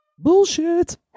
bullshit